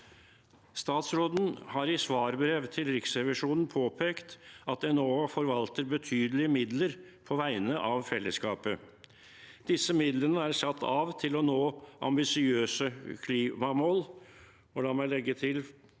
Statsråden har i svarbrev til Riksrevisjonen påpekt at Enova forvalter betydelige midler på vegne av fellesskapet. Disse midlene er satt av til å nå ambisiøse klimamål.